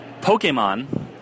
Pokemon